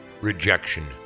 rejection